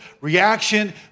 reaction